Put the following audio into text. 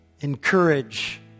encourage